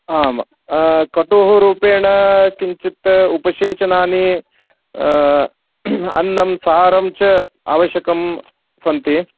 आम् कटुः रूपेण किञ्चित् उपसेचनानि अन्नं सारं च आवश्यकं सन्ति